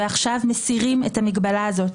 ועכשיו מסירים את המגבלה הזאת.